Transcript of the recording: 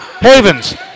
Havens